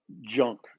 junk